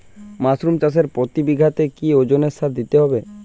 Mushroom চাষে প্রতি বিঘাতে কি ওজনে সার দিতে হবে?